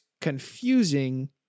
confusing